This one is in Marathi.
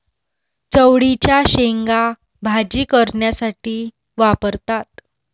चवळीच्या शेंगा भाजी करण्यासाठी वापरतात